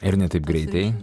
ir ne taip greitai